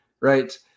right